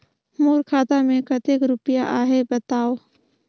मोर खाता मे कतेक रुपिया आहे बताव?